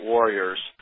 Warriors